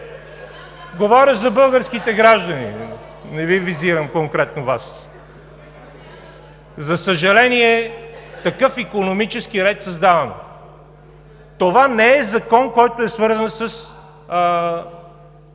Говоря за българските граждани, не Ви визирам конкретно Вас. За съжаление, такъв икономически ред създаваме. Това не е закон, свързан със